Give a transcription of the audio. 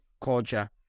culture